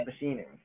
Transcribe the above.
machining